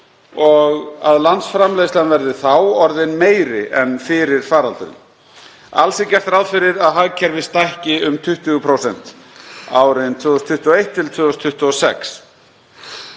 og að landsframleiðslan verði þá orðin meiri en fyrir faraldurinn. Alls er gert ráð fyrir að hagkerfið stækki um 20% árin 2021–2026.